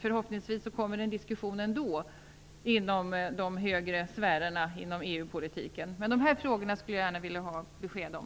Förhoppningsvis kommer en diskussion ändå inom de högre sfärerna av EU-politiken. Men de här frågorna skulle jag gärna vilja ha besked om.